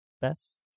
best